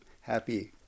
happy